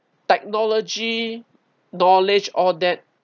technology knowledge all that